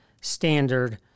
standard